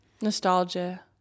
Nostalgia